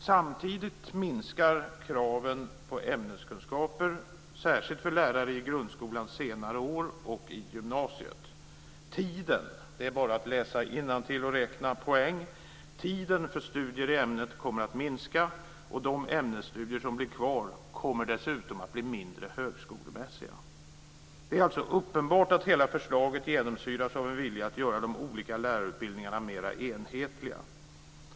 Samtidigt minskar kraven på ämneskunskaper, särskilt för lärare i grundskolans senare år och i gymnasiet. Det är bara att läsa innantill och räkna poäng. Tiden för studier i ämnet kommer att minska, och de ämnesstudier som blir kvar kommer dessutom att bli mindre högskolemässiga. Det är uppenbart att hela förslaget genomsyras av en vilja att göra de olika lärarutbildningarna mera enhetliga.